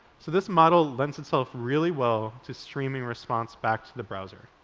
so this model lends itself really well to streaming response back to the browser.